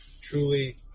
truly